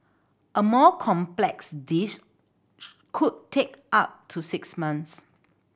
a more complex dish could take up to six months